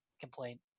complaint